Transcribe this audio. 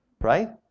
right